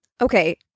okay